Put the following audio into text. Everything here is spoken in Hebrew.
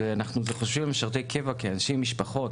--- אנחנו פה חושבים על משרתי קבע כאנשים עם משפחות,